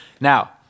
Now